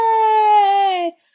yay